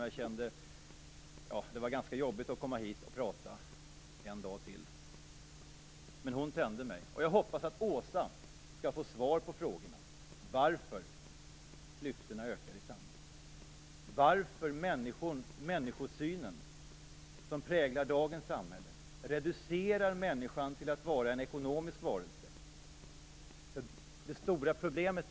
Jag kände att det skulle vara jobbigt att komma hit och prata en dag till, men hon tände mig. Jag hoppas att Åsa skall få svar på frågorna om varför klyftorna ökar i samhället och varför den människosyn som präglar dagens samhälle reducerar människan till att vara en ekonomisk varelse.